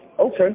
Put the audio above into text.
Okay